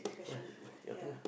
err your turn ah